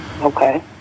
Okay